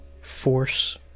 force